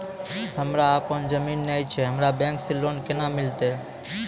हमरा आपनौ जमीन नैय छै हमरा बैंक से लोन केना मिलतै?